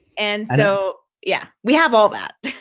and so yeah, we have all that.